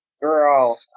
Girl